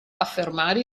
affermare